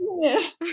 Yes